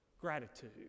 Gratitude